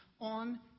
on